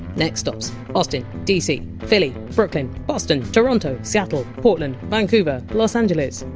next stops austin! dc! philly! brooklyn! boston! toronto! seattle! portland! vancouver! los angeles!